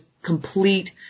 Complete